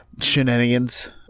shenanigans